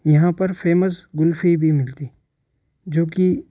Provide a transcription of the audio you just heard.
यहाँ पर फ़ेमस क़ुल्फ़ी भी मिलती जो कि